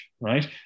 right